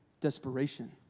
desperation